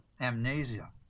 amnesia